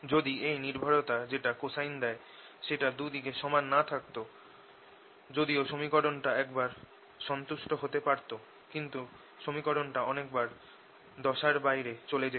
যদি এই নির্ভরতা যেটা cosine দেয় সেটা দু দিকে সমান না থাকতো যদিও সমীকরণ টা একবার সন্তুষ্ট হতে পারত কিন্তু সমীকরণটা অনেক বার দশার বাইরে চলে যেত